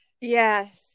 Yes